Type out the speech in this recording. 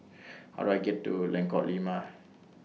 How Do I get to Lengkok Lima